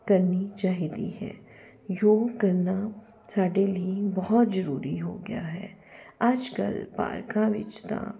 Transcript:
ਕਰਨੀ ਚਾਹੀਦੀ ਹੈ ਯੋਗ ਕਰਨਾ ਸਾਡੇ ਲਈ ਬਹੁਤ ਜ਼ਰੂਰੀ ਹੋ ਗਿਆ ਹੈ ਅੱਜ ਕੱਲ੍ਹ ਪਾਰਕਾਂ ਵਿੱਚ ਤਾਂ